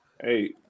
hey